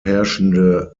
herrschende